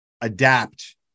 adapt